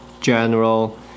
general